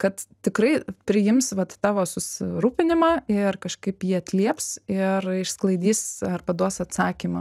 kad tikrai priims vat tavo susirūpinimą ir kažkaip jį atlieps ir išsklaidys arba duos atsakymą